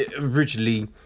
originally